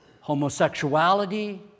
homosexuality